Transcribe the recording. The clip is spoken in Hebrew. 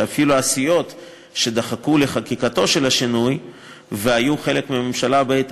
שאפילו הסיעות שדחקו לחקיקתו של השינוי והיו חלק מהממשלה בעת